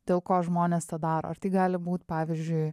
dėl ko žmonės tą daro ar tai gali būt pavyzdžiui